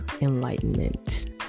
enlightenment